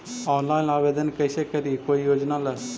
Online आवेदन कैसे करी कोई योजना ला?